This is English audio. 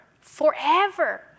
forever